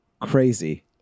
crazy